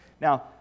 Now